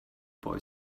boy